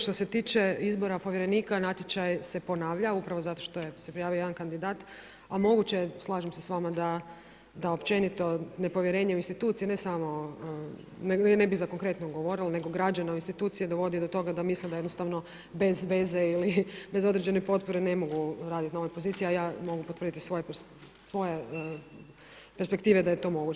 Što se tiče izbora povjerenika, natječaj se ponavlja upravo zato što se prijavio jedan kandidat, a moguće je, slažem se s vama, da općenito nepovjerenje u institucije, ne samo, ne bi za konkretno govorila nego građana u institucije dovodi do toga da misle da jednostavno bez veze ili bez određene potpore ne mogu raditi na ovoj poziciji, a ja mogu potvrditi iz svoje perspektive da je to moguće.